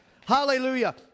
Hallelujah